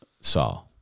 saw